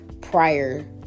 prior